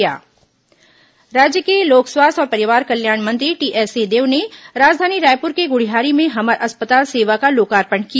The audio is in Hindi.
हमर अस्पताल राज्य के लोक स्वास्थ्य और परिवार कल्याण मंत्री टीएस सिंहदेव ने राजधानी रायपुर के गुढ़ियारी में हमर अस्पताल सेवा का लोकार्पण किया